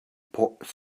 put